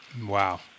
Wow